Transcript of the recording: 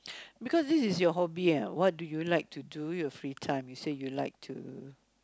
because this is your hobby ah what do you like to do your free time you say you like to